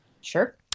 Sure